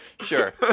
Sure